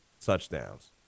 touchdowns